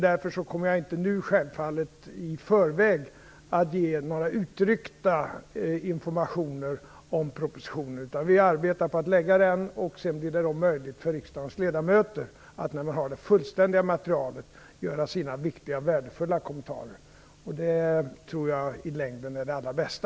Därför kommer jag självfallet inte nu i förväg att ge några utryckta informationer om propositionen. Vi arbetar på att utforma propositionen, och när riksdagens ledamöter har det fullständiga materialet blir det möjligt för dem att göra sina viktiga och värdefulla kommentarer. Jag tror att en sådan ordning i längden är den allra bästa.